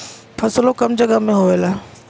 फसलो कम जगह मे होएला